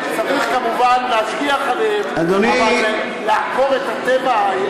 צריך כמובן להשגיח עליהם, אבל לעקור את הטבע?